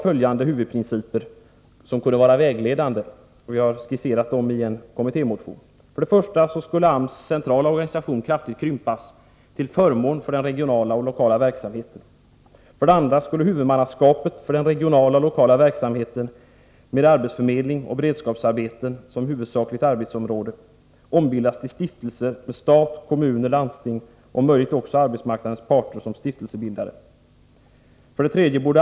Följande huvudprinciper skulle då kunna vara vägledande — vi har skisserat dem i en kommittémotion. 1. AMS centrala organisation krymps kraftigt till förmån för den regionala och lokala verksamheten. 2. Huvudmannaskapet för den regionala och lokala verksamheten, med arbetsförmedling och beredskapsarbeten som huvudsakligt arbetsområde, ombildas till stiftelser med stat, kommuner, landsting och om möjligt också arbetsmarknadens parter som stiftelsebildare. 3.